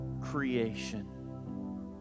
creation